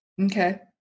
Okay